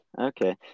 Okay